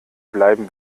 bleiben